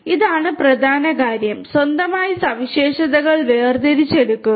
ഇതാണ് പ്രധാന കാര്യം സ്വന്തമായി സവിശേഷതകൾ വേർതിരിച്ചെടുക്കുക